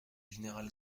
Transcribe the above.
général